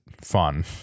fun